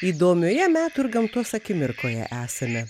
įdomioje metų ir gamtos akimirkoje esame